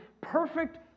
perfect